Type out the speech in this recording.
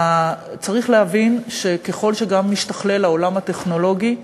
צריך להבין שככל שהעולם הטכנולוגי משתכלל,